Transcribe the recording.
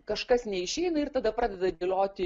kažkas neišeina ir tada pradeda dėlioti